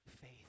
faith